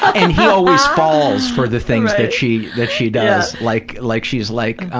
and he always falls for the things that she that she does. like like she's like,